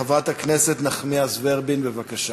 חברת הכנסת נחמיאס ורבין, בבקשה.